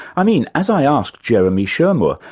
i mean, as i asked jeremy shearmur,